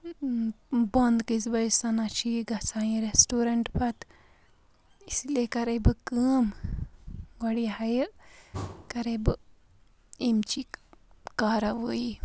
بَنٛد کٔژۍ بَجہِ چھُ یہِ گَژھان یہِ ریسٹورینٛٹ پتہٕ اِسی لِیے کَرٕے بہٕ کٲم گۄڈ یِہٕے یہِ کَرٕے بہٕ اَمِچی کارَوٲیی